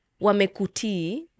wamekuti